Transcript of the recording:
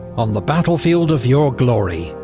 on the battlefield of your glory,